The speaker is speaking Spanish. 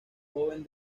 joven